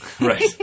Right